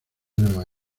nueva